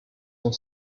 sont